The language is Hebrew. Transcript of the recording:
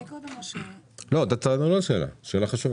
שאלה חשובה.